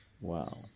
Wow